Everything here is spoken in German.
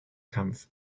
kampf